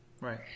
right